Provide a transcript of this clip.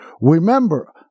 Remember